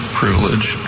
privilege